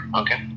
okay